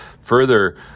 Further